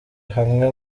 hamwe